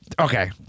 Okay